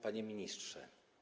Panie Ministrze!